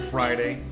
Friday